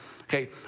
Okay